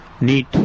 neat